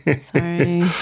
Sorry